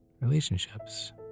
relationships